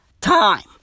time